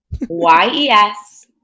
Y-E-S